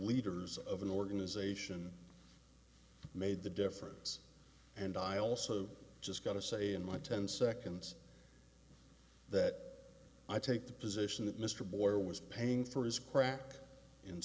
leaders of an organization made the difference and i also just got to say in my ten seconds that i take the position that mr blair was paying for his crack